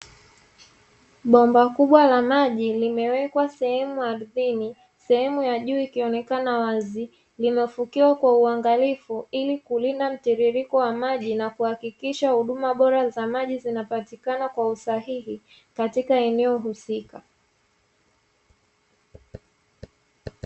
Bomba kubwa la maji limewekwa sehemu ardhini, sehemu ya juu ikionekana wazi, limefukiwa kwa uangalifu ili kulinda mtiririko wa maji na kuhakikisha huduma bora za maji zinapatikana kwa usahihi, katika eneo husika.